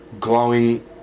glowing